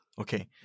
Okay